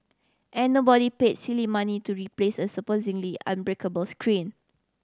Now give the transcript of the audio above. and nobody paid silly money to replace a supposedly unbreakable screen